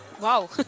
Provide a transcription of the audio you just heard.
wow